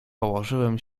położyłem